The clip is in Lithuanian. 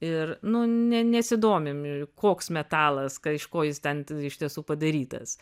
ir nu ne nesidomim koks metalas ką iš ko jis ten iš tiesų padarytas